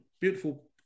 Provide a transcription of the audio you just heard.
beautiful